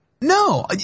no